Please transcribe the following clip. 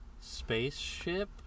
spaceship